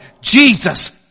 Jesus